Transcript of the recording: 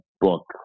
book